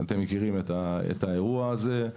אתם מכירים את האירוע הזה,